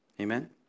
Amen